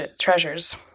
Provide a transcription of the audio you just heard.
treasures